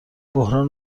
بحران